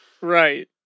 Right